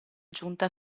giunta